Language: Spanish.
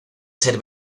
ser